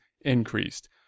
increased